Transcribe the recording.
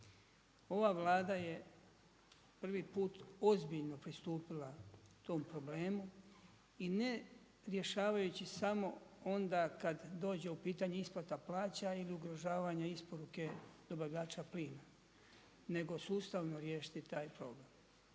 Ova Vlada je prvi put ozbiljno pristupila tom problemu i ne rješavajući samo onda kad dođe u pitanje isplata plaća ili ugrožavanja isporuke dobavljača plina nego sustavno riješiti taj problem.